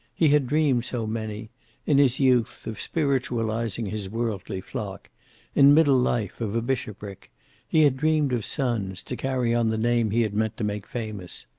he had dreamed so many in his youth, of spiritualizing his worldly flock in middle life, of a bishopric he had dreamed of sons, to carry on the name he had meant to make famous.